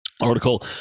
article